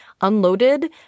unloaded